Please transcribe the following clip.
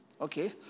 okay